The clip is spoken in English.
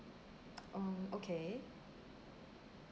oh okay